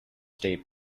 state